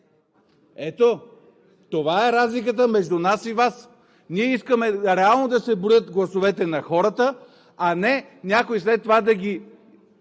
Ето това е разликата между нас и Вас. Ние искаме реално да се броят гласовете на хората, а не някой след това да ги